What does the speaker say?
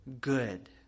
good